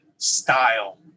style